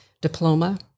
diploma